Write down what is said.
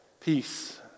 peace